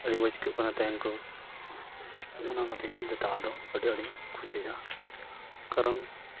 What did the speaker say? ᱟᱹᱰᱤ ᱢᱚᱡᱽ ᱟᱹᱭᱠᱟᱹᱜ ᱠᱟᱱᱟ ᱛᱟᱦᱮᱱ ᱠᱚ ᱚᱱᱮ ᱚᱱᱟ ᱛᱮᱜᱮ ᱤᱧᱫᱚ ᱫᱟᱲᱟ ᱫᱚ ᱟᱹᱰᱤ ᱟᱸᱴᱤᱧ ᱠᱩᱥᱤᱭᱟᱜᱼᱟ ᱠᱟᱨᱚᱱ